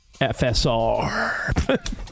FSR